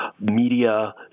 media